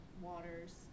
waters